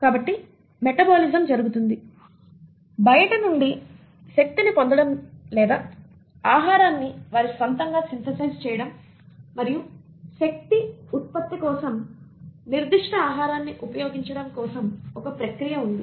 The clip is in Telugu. కాబట్టి మెటబాలిజం జరుగుతుంది బయటి నుండి శక్తిని పొందడం లేదా ఆహారాన్ని వారి స్వంతంగా సింథసైజ్ చేయడం మరియు శక్తి ఉత్పత్తి కోసం నిర్దిష్ట ఆహారాన్ని ఉపయోగించడం కోసం ఒక ప్రక్రియ ఉంది